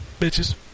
Bitches